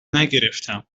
نگرفتم